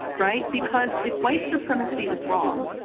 right? because if white supremacy is wrong,